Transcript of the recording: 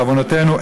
בעוונותינו,